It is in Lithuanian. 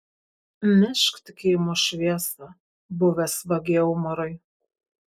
nešk tikėjimo šviesą buvęs vagie umarai